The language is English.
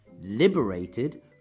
liberated